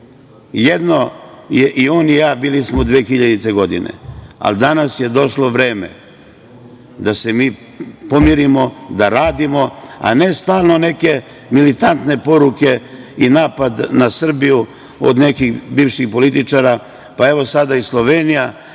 Jedno smo bili i on i ja 2000. godine, ali danas je došlo vreme da se mi pomirimo, da radimo, a ne stalno neke militantne poruke i napad na Srbiju od nekih bivših političara, pa evo sada i Slovenija